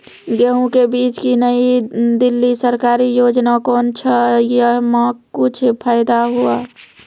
गेहूँ के बीज की नई दिल्ली सरकारी योजना कोन छ जय मां कुछ फायदा हुआ?